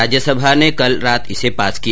राज्य सभा ने कल रात इसे पास किया